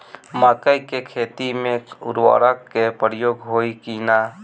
मकई के खेती में उर्वरक के प्रयोग होई की ना?